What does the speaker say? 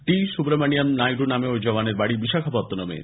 টি সুব্রহ্মণিয়ম নাইডু নামে ওই জওয়ানের বাড়ি বিশাখাপত্তনমে